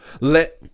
let